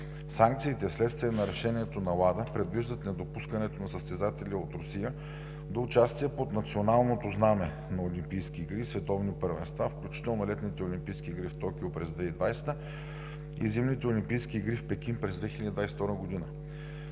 Санкциите, вследствие на решение на WADA, предвиждат недопускането на състезатели от Русия до участие под националното знаме на олимпийски игри, световни първенства, включително Летните олимпийски игри в Токио през 2020 г. и Зимните олимпийски игри в Пекин през 2022 г.